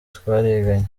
twariganye